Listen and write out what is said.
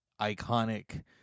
iconic